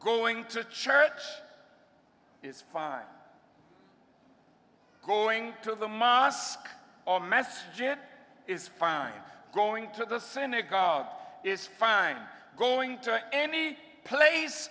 going to church is fine going to the mosque or mass is fine going to the synagogue is fine going to any place